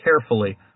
carefully